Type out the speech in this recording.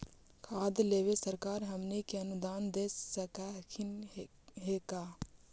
खाद लेबे सरकार हमनी के अनुदान दे सकखिन हे का?